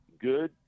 good